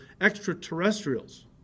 extraterrestrials